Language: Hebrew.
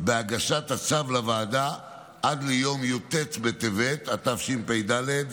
בהגשת הצו לוועדה עד ליום י"ט בטבת התשפ"ד,